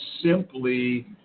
simply